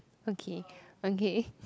okay okay